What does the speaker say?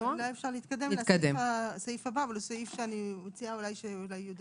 אולי אפשר להתקדם לסעיף הבא, אבל אני מציעה שיהודה